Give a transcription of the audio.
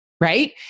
right